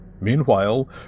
Meanwhile